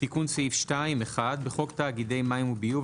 תיקון סעיף 2. 1. בחוק תאגידי מים וביוב,